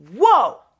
Whoa